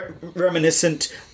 reminiscent